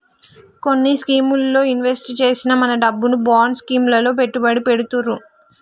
కొన్ని స్కీముల్లో ఇన్వెస్ట్ చేసిన మన డబ్బును బాండ్ స్కీం లలో పెట్టుబడి పెడతుర్రు